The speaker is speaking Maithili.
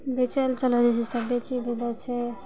बेचै लए चलि जाइ छै सब बेच भी दै छै